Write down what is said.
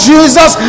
Jesus